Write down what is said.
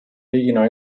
riigina